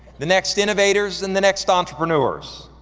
the next innovators and the next entrepreneurs.